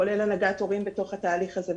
כולל הנהגת הורים בתוך התהליך הזה,